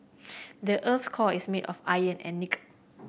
the earth's core is made of iron and nickel